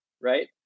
right